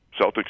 Celtics